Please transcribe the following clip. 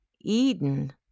Eden